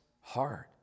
hard